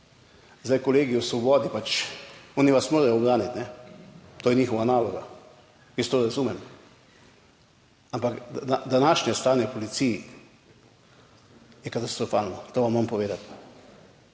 Zdaj, kolegi v Svobodi, pač, oni vas morajo braniti, kajne, to je njihova naloga, jaz to razumem, ampak današnje stanje v policiji je katastrofalno, to vam moram povedati.